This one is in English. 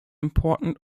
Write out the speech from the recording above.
important